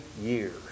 years